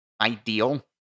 ideal